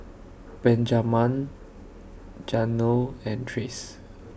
Benjaman Janel and Trace